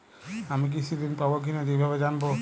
আমি কৃষি ঋণ পাবো কি না কিভাবে জানবো?